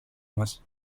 μας